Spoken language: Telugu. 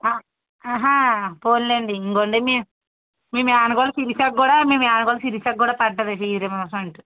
పోనీలెండి ఇదిగోండి మీ మీ మేనకోడలు శిరీష కూడా మీ మేనకోడలు శిరీష కూడా పడింది